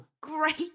great